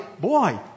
boy